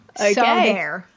Okay